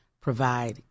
provide